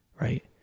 Right